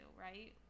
right